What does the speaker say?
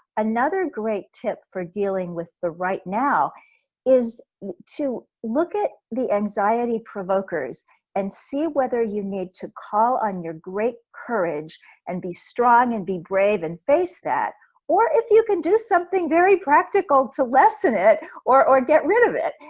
another great tip for dealing with the right now is to look at the anxiety provokers and see whether you need to call on your great courage and be strong and be brave and face that or if you can do something very practical to lessen it or or get rid of it.